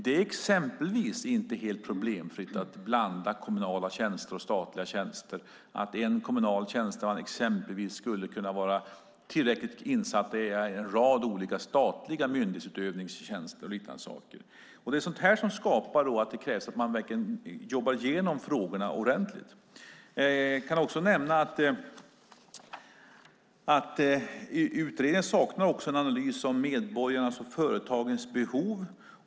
Det är exempelvis inte helt problemfritt att blanda kommunala tjänster och statliga tjänster så att en kommunal tjänsteman skulle kunna vara tillräckligt insatt i en rad olika statliga myndighetsövningstjänster och liknande. Det är sådant som gör att det krävs att man verkligen jobbar igenom frågorna ordentligt. Jag kan också nämna att utredningen saknar en analys av medborgarnas och företagens behov.